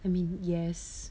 I mean yes